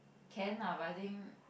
can lah but I think